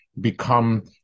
become